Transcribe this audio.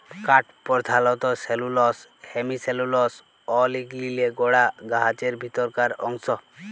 কাঠ পরধালত cellulose, hemicellulose অ লিগলিলে গড়া গাহাচের ভিতরকার অংশ